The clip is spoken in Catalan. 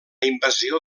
invasió